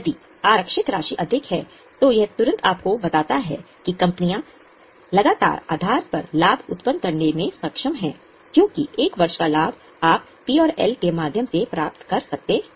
यदि आरक्षित राशि अधिक है तो यह तुरंत आपको बताता है कि कंपनियां लगातार आधार पर लाभ उत्पन्न करने में सक्षम हैं क्योंकि 1 वर्ष का लाभ आप पी और एल के माध्यम से प्राप्त कर सकते हैं